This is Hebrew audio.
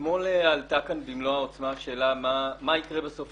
אתמול דיברנו על ביטול על ידי המשלם